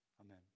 amen